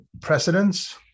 precedents